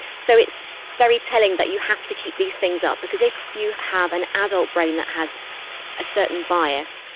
so it's very telling that you have to keep these things up because if you have an adult brain that has a certain bias,